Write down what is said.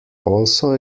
also